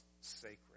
sacred